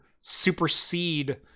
supersede